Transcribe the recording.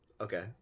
okay